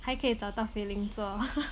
还可以找到 filling 做